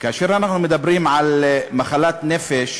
כאשר אנחנו מדברים על מחלת נפש,